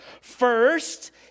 First